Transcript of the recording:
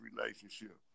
relationship